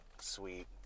sweet